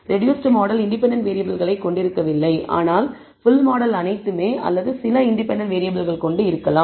reduced model independent வேறியபிள்களை கொண்டிருக்கவில்லை ஆனால் ஃபுல் மாடல் அனைத்துமே அல்லது சில இண்டிபெண்டன்ட் வேறியபிள்கள் கொண்டு இருக்கலாம்